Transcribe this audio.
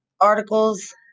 articles